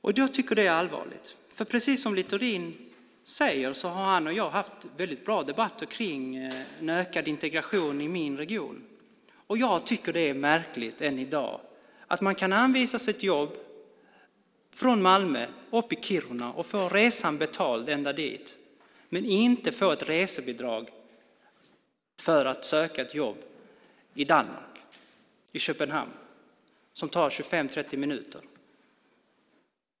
Jag tycker att det är allvarligt, för precis som Littorin säger har han och jag haft väldigt bra debatter kring en ökad integration i min region. Jag tycker att det är märkligt än i dag att man från Malmö kan anvisas ett jobb till Kiruna och få resan betald ända dit, men man kan inte få ett resebidrag för att söka ett jobb i Köpenhamn i Danmark dit det tar 25-30 minuter.